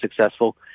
successful